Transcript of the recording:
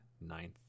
ninth